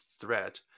threat